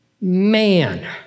Man